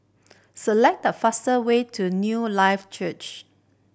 select the fastest way to Newlife Church